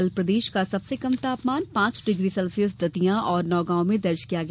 कल प्रदेश का सबसे कम तापमान पांच डिग्री सेल्सियस दतिया और नौगांव में दर्ज किया गया